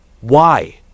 Why